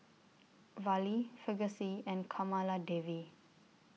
Fali Verghese and Kamaladevi